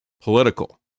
Political